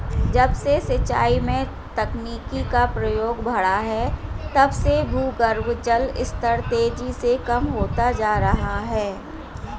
जब से सिंचाई में तकनीकी का प्रयोग बड़ा है तब से भूगर्भ जल स्तर तेजी से कम होता जा रहा है